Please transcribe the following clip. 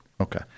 Okay